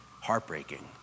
heartbreaking